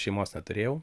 šeimos neturėjau